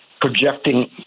projecting